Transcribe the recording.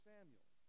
Samuel